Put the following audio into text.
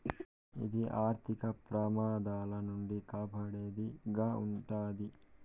ఇది ఆర్థిక ప్రమాదాల నుండి కాపాడేది గా ఉంటది